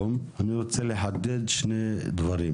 אני מציע שלא נפרט את זה פה,